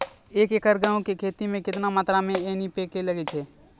एक एकरऽ गेहूँ के खेती मे केतना मात्रा मे एन.पी.के लगे छै?